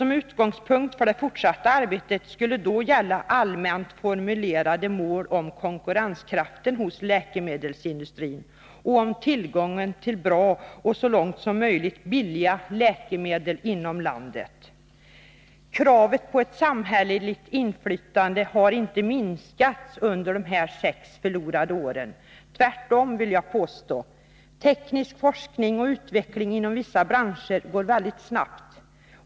Som utgångspunkt för det fortsatta arbetet skulle då gälla allmänt formulerade mål om konkurrenskraften hos läkemedelsindustrin Statligt ägande och om tillgången till bra och så långt möjligt billiga läkemedel inom inom läkemedelslandet. industrin Kravet på ett samhälleligt inflytande har inte minskat under de sex förlorade åren, tvärtom vill jag påstå. Teknisk forskning och utveckling inom vissa branscher går väldigt snabbt.